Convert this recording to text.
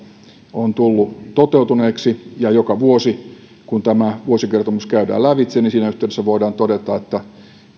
on tullut toteutuneeksi ja joka vuosi kun tämä vuosikertomus käydään lävitse siinä yhteydessä voidaan todeta että